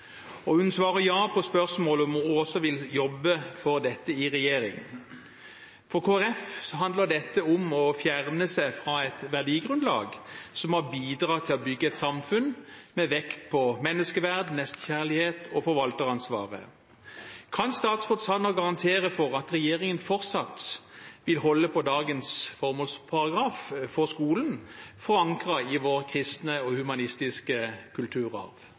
Hun svarer ja på spørsmål om hun også vil jobbe for dette i regjering. For Kristelig Folkeparti handler dette om å fjerne seg fra et verdigrunnlag som har bidratt til å bygge et samfunn med vekt på menneskeverd, nestekjærlighet og forvalteransvaret. Kan statsråd Sanner garantere for at regjeringen fortsatt vil holde på dagens formålsparagraf for skolen, forankret i vår kristne og humanistiske kulturarv?